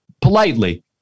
politely